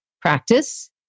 practice